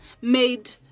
made